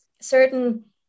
certain